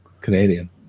Canadian